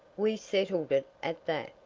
we settled it at that,